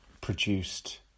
produced